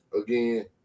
again